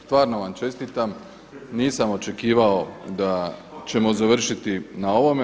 Stvarno vam čestitam, nisam očekivao da ćemo završiti na ovome.